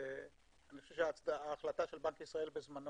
אני חושב שההחלטה של בנק ישראל בזמנו